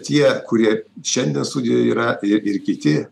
tie kurie šiandien studijoj yra ir kiti